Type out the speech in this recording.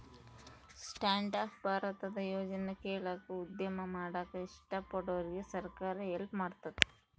stand up ಭಾರತದ ಯೋಜನೆ ಕೆಳಾಗ ಉದ್ಯಮ ಮಾಡಾಕ ಇಷ್ಟ ಪಡೋರ್ಗೆ ಸರ್ಕಾರ ಹೆಲ್ಪ್ ಮಾಡ್ತತೆ